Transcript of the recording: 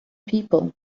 people